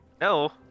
No